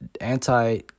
anti